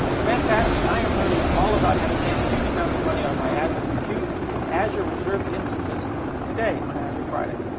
fantastic. i am learning all about how to save huge amounts of money on my azure compute with azure reserved instances today on azure friday.